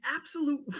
absolute